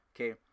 Okay